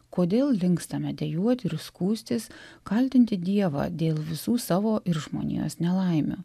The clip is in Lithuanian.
kodėl linkstame dejuoti ir skųstis kaltinti dievą dėl visų savo ir žmonijos nelaimių